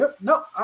No